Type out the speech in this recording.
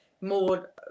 More